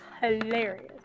hilarious